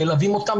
מלווים אותם,